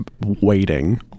waiting